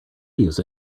use